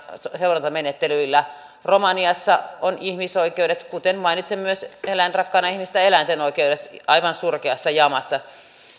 seurantamenettelyillä romaniassa on ihmisoikeudet kuten myös mainitsen eläinrakkaana ihmisenä eläinten oikeudet aivan surkeassa jamassa